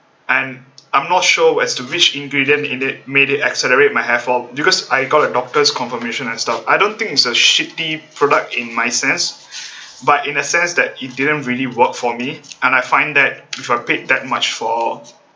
and I'm not sure as to which ingredient in it made it accelerate my hair fall because I got a doctor's confirmation and stuff I don't think it's a shitty product in my sense but in a sense that it didn't really work for me and I find that if I paid that much for